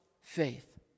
faith